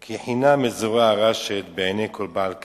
כי חנם מזרה הרשת בעיני כל בעל כנף.